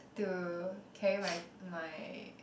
to carry my my